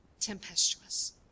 tempestuous